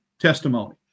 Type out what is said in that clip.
testimony